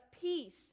peace